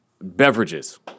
beverages